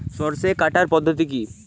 সরষে কাটার পদ্ধতি কি?